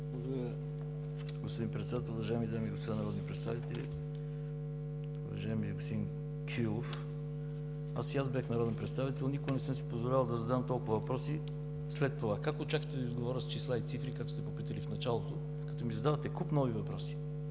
Благодаря, господин Председател. Уважаеми дами и господа народни представители! Уважаеми господин Кирилов, и аз бях народен представител и никога не съм си позволявал да задам толкова въпроси след това. Как очаквате да Ви отговоря с числа и цифри, както сте попитали в началото, като ми зададохте куп нови въпроси?